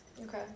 okay